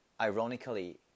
Ironically